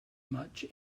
much